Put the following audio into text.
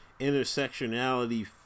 intersectionality